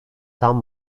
tam